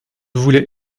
voulais